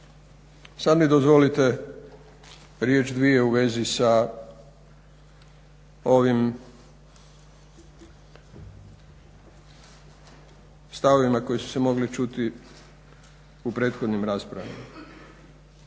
Sad mi dozvolite riječ-dvije u vezi sa ovim stavovima koji su se mogli čuti u prethodnim raspravama.